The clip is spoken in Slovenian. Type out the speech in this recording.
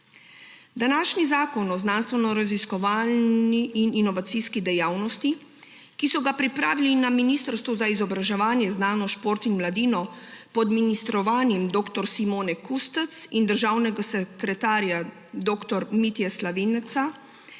Današnji zakon o znanstvenoraziskovalni in inovacijski dejavnosti, ki so ga pripravili na Ministrstvu za izobraževanje, znanost, šport in mladino pod ministrovanjem dr. Simone Kustec in državnega sekretarja dr. Mitje Slavinca